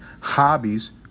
hobbies